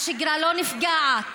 השגרה לא נפגעת,